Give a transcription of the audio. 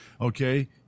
Okay